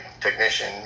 technician